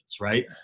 right